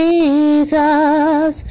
Jesus